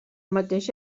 mateix